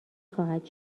خواهد